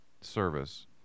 service